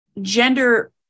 gender